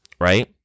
right